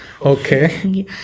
Okay